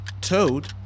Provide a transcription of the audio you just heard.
toad